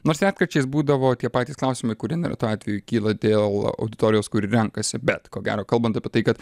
nors retkarčiais būdavo tie patys klausimai kurie neretu atveju kyla dėl auditorijos kuri renkasi bet ko gero kalbant apie tai kad